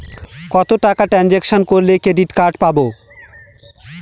কত টাকা ট্রানজেকশন করলে ক্রেডিট কার্ড পাবো?